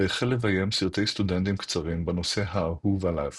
והחל לביים סרטי סטודנטים קצרים בנושא האהוב עליו